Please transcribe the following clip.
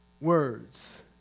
words